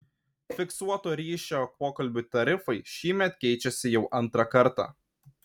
fiksuoto ryšio pokalbių tarifai šįmet keičiasi jau antrą kartą